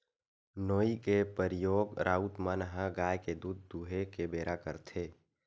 नोई के परियोग राउत मन ह गाय के दूद दूहें के बेरा करथे